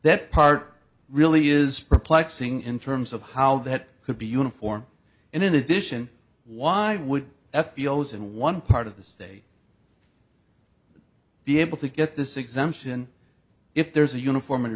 that part really is perplexing in terms of how that could be uniform and in addition why would f b o those in one part of the state be able to get this exemption if there's a uniform